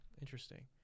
interesting